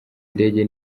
ndege